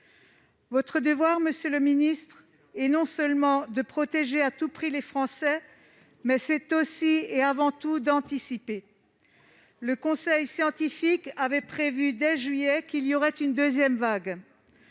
Votre devoir, monsieur le ministre, est non seulement de protéger à tout prix les Français, mais aussi et avant tout d'anticiper. Le Conseil scientifique avait prévu dès juillet dernier une deuxième vague.